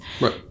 Right